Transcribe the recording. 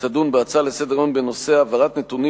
תדון בהצעה לסדר-היום בנושא: העברת נתונים